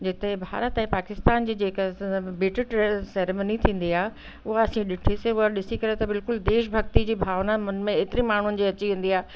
जिते भारत ऐं पाकिस्तान जी जेका सैरिमनी थींदी आहे उहा असी ॾिठीसीं उहा ॾिसी करे त बिल्कुलु देश भक्ति जी भावना मन में एतिरी माण्हुनि जी अची वेंदी आहे